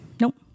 Nope